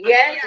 Yes